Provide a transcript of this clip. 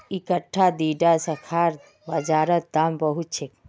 इकट्ठा दीडा शाखार बाजार रोत दाम बहुत छे